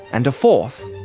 and a fourth,